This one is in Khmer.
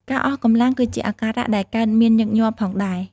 ការអស់កម្លាំង គឺជាអាការៈដែលកើតមានញឹកញាប់ផងដែរ។